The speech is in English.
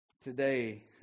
today